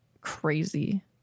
crazy